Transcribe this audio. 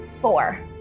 Four